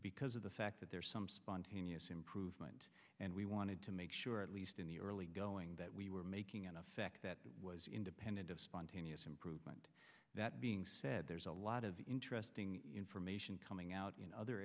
because of the fact that there's some spontaneous improvement and we wanted to make sure at least in the early going that we were making an effect that was independent of spontaneous improvement that being said there's a lot of interesting information coming out in other